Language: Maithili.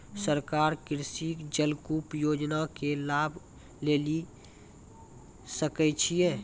सरकारी कृषि जलकूप योजना के लाभ लेली सकै छिए?